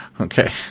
Okay